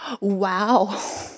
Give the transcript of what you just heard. Wow